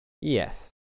Yes